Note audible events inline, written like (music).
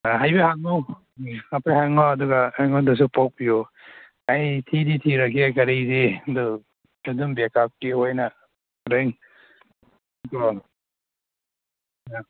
(unintelligible) ꯍꯥꯏꯐꯦꯠ ꯍꯪꯉꯣ ꯍꯥꯏꯐꯦꯠ ꯍꯪꯉꯣ ꯑꯗꯨꯒ ꯑꯩꯉꯣꯟꯗꯁꯨ ꯄꯥꯎ ꯄꯤꯌꯨ ꯑꯩ ꯊꯤꯗꯤ ꯊꯤꯔꯒꯦ ꯒꯥꯔꯤꯗꯤ ꯑꯗꯨ ꯑꯗꯨꯝ ꯕꯦꯛꯀꯞꯀꯤ ꯑꯣꯏꯅ ꯍꯣꯔꯦꯟ ꯀꯣ